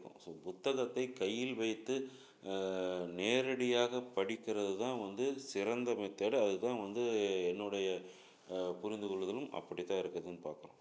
so புத்தகத்தை கையில் வைத்து நேரடியாக படிக்கிறது தான் வந்து சிறந்த மெத்தேர்ட் அது தான் வந்து என்னுடைய புரிந்துக்கொள்ளுதலும் அப்படி தான் இருக்குதுன்னு பார்க்கலாம்